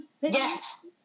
Yes